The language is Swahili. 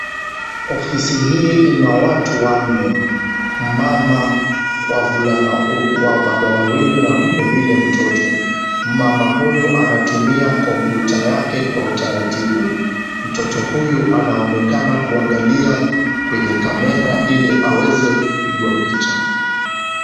Ofisi hii ina watu wanne mmama ,wavulana, wababa wawili na vilevile mtoto , mmama huyu anatumia computer yake kwa utaratibu, mtoto huyu anaonekana kuangalia kwenye kamera ili awezwe kupiga picha.